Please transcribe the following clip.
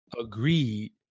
agreed